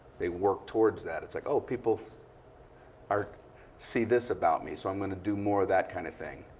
they work towards that. it's like, oh, people um see see this about me. so i'm going to do more of that kind of thing.